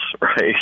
right